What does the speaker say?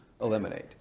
Eliminate